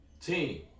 Team